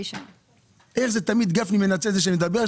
תמיד כשאני מדבר,